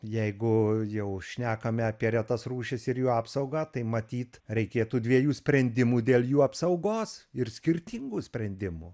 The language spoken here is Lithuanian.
jeigu jau šnekame apie retas rūšis ir jų apsaugą tai matyt reikėtų dviejų sprendimų dėl jų apsaugos ir skirtingų sprendimų